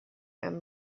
and